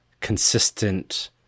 consistent